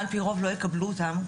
על פי רוב לא יקבלו אותם,